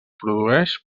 produeix